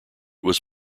was